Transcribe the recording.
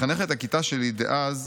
מחנכת הכיתה שלי דאז,